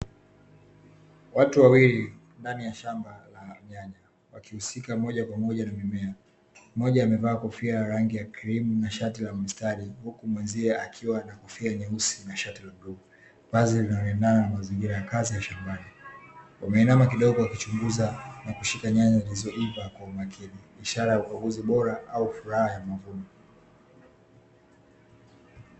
Watu wawili ndani ya shamba la nyanya, wakihusika moja kwa moja na mimea. Mmoja amevaa kofia ya rangi ya krimu na shati la mistari, huku mwenzie akiwa na kofia nyeusi na shati ya bluu, vazi linaloendana na mazingira ya kazi ya shambani. Wameinama kidogo wakichunguza na kushika nyanya zilizoiva kwa umakini, ishara ya ukaguzi bora au furaha ya mavuno.